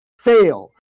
fail